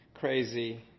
crazy